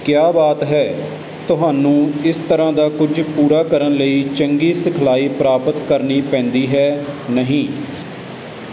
ਕਿਆ ਬਾਤ ਹੈ ਤੁਹਾਨੂੰ ਇਸ ਤਰ੍ਹਾਂ ਦਾ ਕੁਝ ਪੂਰਾ ਕਰਨ ਲਈ ਚੰਗੀ ਸਿਖਲਾਈ ਪ੍ਰਾਪਤ ਕਰਨੀ ਪੈਂਦੀ ਹੈ ਨਹੀਂ